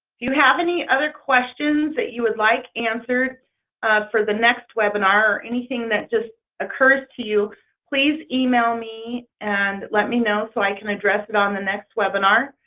you have any other questions that you would like answered for the next webinar or anything that just occurs to you please email me and let me know so i can address it on the next webinar.